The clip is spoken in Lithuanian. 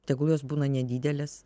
tegul jos būna nedidelės